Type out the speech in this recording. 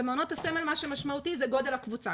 במעונות הסמל מה שמשמעותי זה גודל הקבוצה.